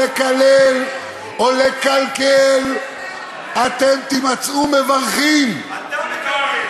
לקלל או לקלקל, אתם תימצאו מברכים אתה מקלקל.